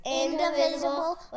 indivisible